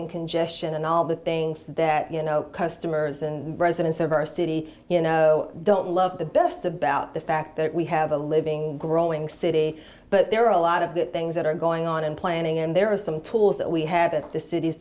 and congestion and all the things that you know customers and residents of our city you know don't love the best about the fact that we have a living growing city but there are a lot of things that are going on in planning and there are some tools that we have at the city's